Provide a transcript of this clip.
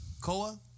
Koa